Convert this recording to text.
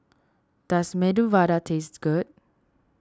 does Medu Vada taste good